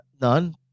None